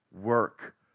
work